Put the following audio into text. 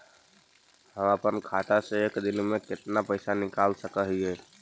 हम अपन खाता से एक दिन में कितना पैसा निकाल सक हिय?